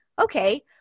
okay